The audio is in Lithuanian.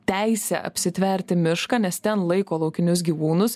teisę apsitverti mišką nes ten laiko laukinius gyvūnus